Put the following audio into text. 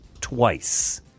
twice